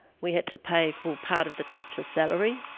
we had to pay for part of the teacher's salary.